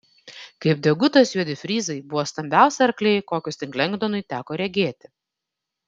kaip degutas juodi fryzai buvo stambiausi arkliai kokius tik lengdonui teko regėti